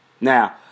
Now